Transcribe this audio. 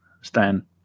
Stan